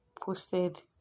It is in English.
posted